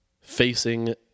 facing